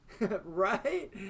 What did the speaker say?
Right